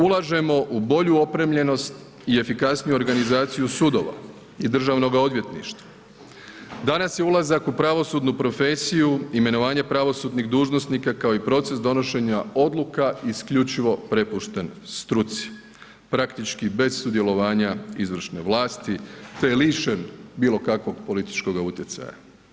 Ulažemo u bolju opremljenost i efikasniju organizaciju sudova i državnoga odvjetništva, danas je ulazak u pravosudnu profesiju, imenovanje pravosudnih dužnosnika, kao i proces donošenja odluka, isključivo prepušten struci, praktički bez sudjelovanja izvršne vlasti, te je lišen bilo kakvog političkoga utjecaja.